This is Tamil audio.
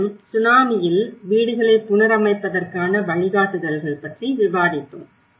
மீண்டும் சுனாமியில் வீடுகளை புனரமைப்பதற்கான வழிகாட்டுதல்கள் பற்றி விவாதித்தோம்